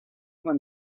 then